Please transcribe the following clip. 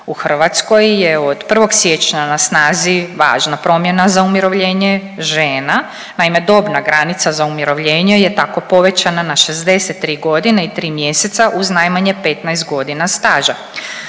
U Hrvatskoj je od 1. siječnja na snazi važna promjena za umirovljenje žena. Naime, dobna granica za umirovljenje je tako povećana na 63 godine i 3 mjeseca uz najmanje 15 godina staža.